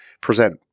present